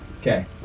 Okay